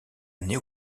années